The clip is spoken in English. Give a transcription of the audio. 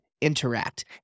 interact